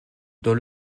dans